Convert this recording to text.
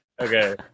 okay